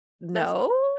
no